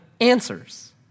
answers